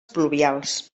pluvials